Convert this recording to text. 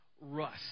Rust